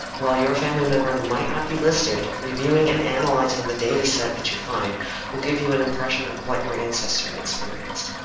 while your family member might not be listed, reviewing and analyzing the dataset that you find will give you an impression of what your ancestor experienced.